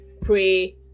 pray